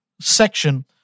section